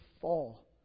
fall